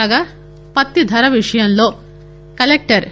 కాగా పత్తి ధర విషయంలో కలెక్టర్ ది